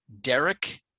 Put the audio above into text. Derek